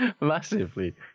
Massively